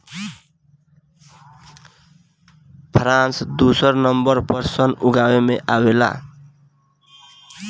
France दुसर number पर सन उगावे में आवेला